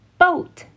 Boat